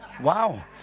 Wow